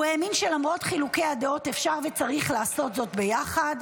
הוא האמין שלמרות חילוקי הדעות אפשר וצריך לעשות זאת ביחד,